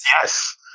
Yes